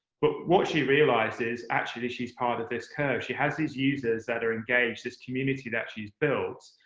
but what she realised is, actually, she's part of this curve. she has these users that are engaged, this community that she's built.